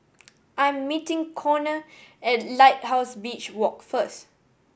I am meeting Konner at Lighthouse Beach Walk first